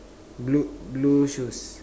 blue blue shoes